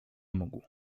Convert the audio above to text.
mógł